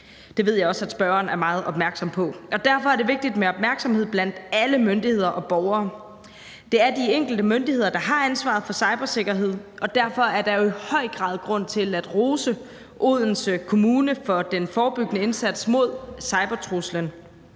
Det ved jeg også at spørgeren er meget opmærksom på. Derfor er det vigtigt med opmærksomhed blandt alle myndigheder og borgere. Det er de enkelte myndigheder, der har ansvaret for cybersikkerhed, og derfor er der jo i høj grad grund til at rose Odense Kommune for den forebyggende indsats mod cybertruslen.